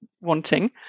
wanting